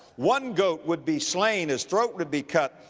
one goat would be slain, his throat would be cut,